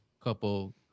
couple